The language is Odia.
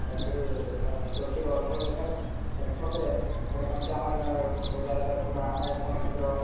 ତେଣୁକରି ପ୍ରଚୁର ଅର୍ଥ ଦରକାର ଅର୍ଥ ପରେ ଆମର କଞ୍ଚାମାଲ ବଜାରରେ କିମ୍ବା ଆମେ କୌଣସି ଧର